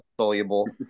Soluble